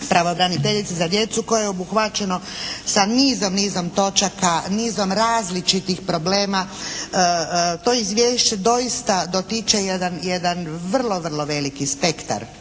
pravobraniteljice za djecu koja je obuhvaćeno sa nizom, nizom točaka, nizom različitih problema. To Izvješće doista dotiče jedan vrlo, vrlo veliki spektar